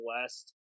West